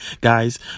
guys